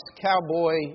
cowboy